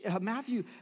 Matthew